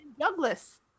Douglas